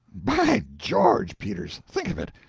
by george, peters, think of it!